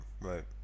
right